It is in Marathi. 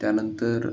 त्यानंतर